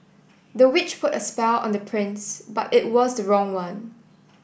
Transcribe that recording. the witch put a spell on the prince but it was the wrong one